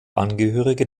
angehörige